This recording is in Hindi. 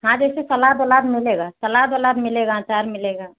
हाँ जैसे सलाद उलाद मिलेगा सलाद वलाद मिलेगा अचार मिलेगा